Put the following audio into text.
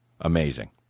amazing